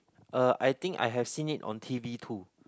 uh I think I have seen it on t_v too